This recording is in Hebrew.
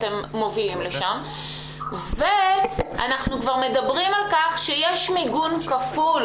אנחנו מדברים על כך שיש כבר מיגון כפול